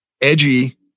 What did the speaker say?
edgy